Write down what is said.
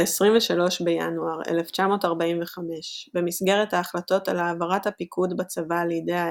ב-23 בינואר 1945 במסגרת ההחלטות על העברת הפיקוד בצבא לידי האס.